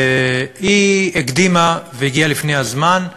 והיא הקדימה והגיעה לפני הזמן,